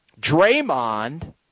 Draymond